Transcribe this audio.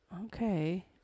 Okay